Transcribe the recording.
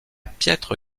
piètre